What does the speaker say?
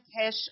cash